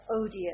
odious